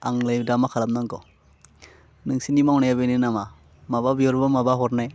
आंलाय दा मा खालामनांगौ नोंसिनि मावनाया बेनो नामा माबा बिहरबा माबा हरनाय